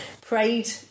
prayed